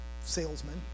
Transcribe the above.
salesman